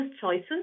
choices